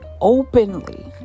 openly